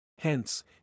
Hence